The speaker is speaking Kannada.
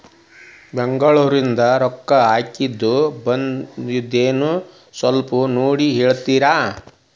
ಬೆಂಗ್ಳೂರಿಂದ ರೊಕ್ಕ ಹಾಕ್ಕಿದ್ದು ಬಂದದೇನೊ ಸ್ವಲ್ಪ ನೋಡಿ ಹೇಳ್ತೇರ?